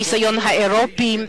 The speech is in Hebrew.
הניסיון האירופי,